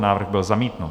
Návrh byl zamítnut.